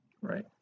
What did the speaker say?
Right